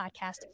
podcast